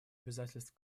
обязательств